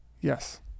Yes